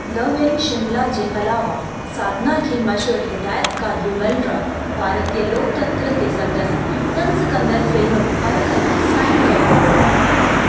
love in Shimla जे अलावा साधना खे मशहूरु हिदाइतकारु बिमल रॉय भारतीय लोकतंत्र ते संदसि तंज़ कंदड़ु फ़िल्म परख लाइ साइन कयो हो